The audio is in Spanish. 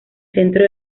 centro